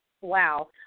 Wow